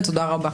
תודה רבה.